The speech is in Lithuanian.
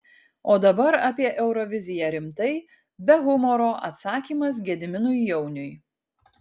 o dabar apie euroviziją rimtai be humoro atsakymas gediminui jauniui